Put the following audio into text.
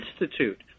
Institute